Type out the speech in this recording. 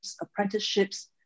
apprenticeships